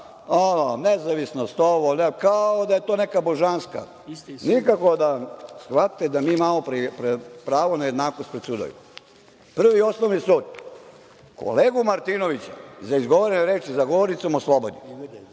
nezavisnost ovo, kao da je to neka božanska, nikako da shvate da mi imamo pravo na jednakost pred sudovima. Prvi osnovni sud kolegu Martinovića, za izgovorene reči za govornicom, oslobodi.